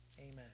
Amen